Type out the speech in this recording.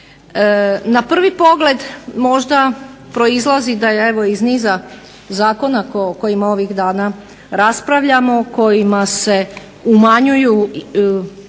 Na prvi pogled možda proizlazi a evo iz niza zakona o kojima ovih dana raspravljamo kojima se umanjuju i prava